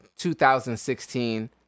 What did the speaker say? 2016